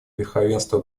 верховенства